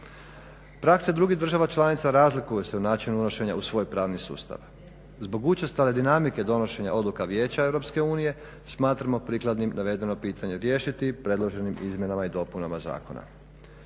Prakse drugih država članica razlikuju se u načinu unošenja u svoj pravni sustav. Zbog učestale dinamike donošenja odluka Vijeća EU smatramo prikladnim navedeno pitanje riješiti predloženim izmjenama i dopunama zakona.